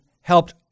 helped